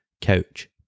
couch